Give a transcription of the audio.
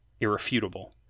Irrefutable